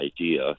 idea